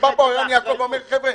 אבל בא לפה ערן יעקב ואמר: חבר'ה,